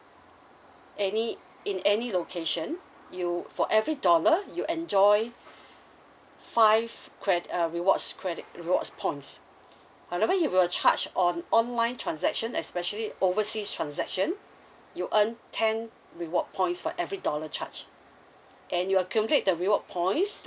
any in any location you for every dollar you enjoy five cre~ uh rewards credit rewards points however you were charge on online transaction especially overseas transaction you earn ten reward points for every dollar charged and you accumulate the reward points